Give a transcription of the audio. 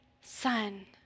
son